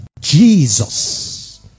Jesus